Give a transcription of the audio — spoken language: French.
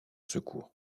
secours